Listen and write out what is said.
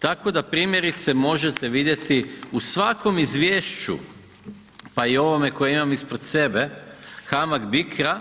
Tako da, primjerice možete vidjeti u svakom izvješću, pa i ovom koji imam ispred sebe, HAMAG-BICRO-a,